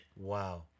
wow